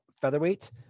featherweight